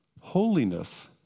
holiness